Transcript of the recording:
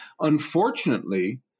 Unfortunately